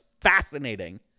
fascinating